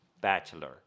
Bachelor